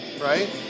Right